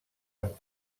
amb